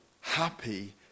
happy